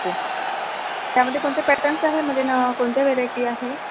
okay त्यामध्ये कोणते patterns आहेत मजे न कोणत्या व्हॅरायटी आहे